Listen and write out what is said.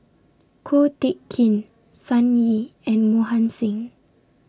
Ko Teck Kin Sun Yee and Mohan Singh